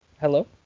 hello